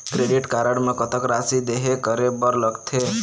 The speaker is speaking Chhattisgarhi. क्रेडिट कारड म कतक राशि देहे करे बर लगथे?